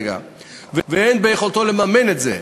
ואין ביכולתו לממן את זה,